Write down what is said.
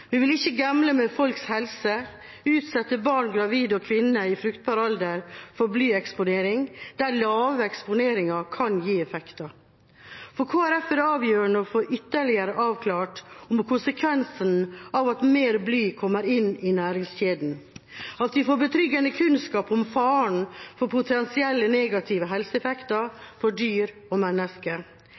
Vi vil ikke gamble med folks helse – utsette barn, gravide og kvinner i fruktbar alder for blyeksponering, der lave eksponeringer kan gi effekter. For Kristelig Folkeparti er det avgjørende å få ytterlige avklart konsekvensene av at mer bly kommer inn i næringskjeden, at vi får betryggende kunnskap om faren for potensielle negative helseeffekter for dyr og mennesker.